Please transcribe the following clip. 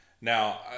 Now